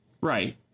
Right